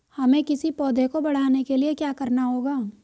हमें किसी पौधे को बढ़ाने के लिये क्या करना होगा?